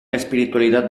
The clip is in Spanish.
espiritualidad